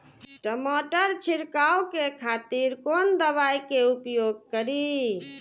टमाटर छीरकाउ के खातिर कोन दवाई के उपयोग करी?